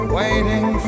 waiting